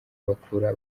bakura